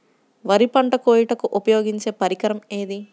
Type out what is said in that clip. వరి పంట కోయుటకు ఉపయోగించే పరికరం ఏది?